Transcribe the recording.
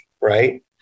right